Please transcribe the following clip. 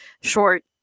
short